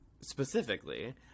specifically